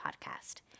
podcast